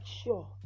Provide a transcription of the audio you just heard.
sure